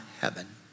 heaven